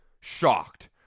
shocked